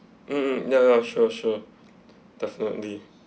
mm mm ya ya sure sure definitely